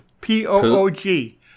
P-O-O-G